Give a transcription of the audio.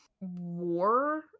war